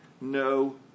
no